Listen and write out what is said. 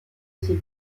ses